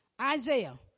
Isaiah